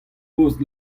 post